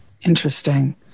Interesting